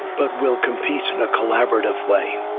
but we'll compete in a collaborative way.